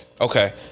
Okay